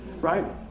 Right